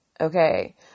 Okay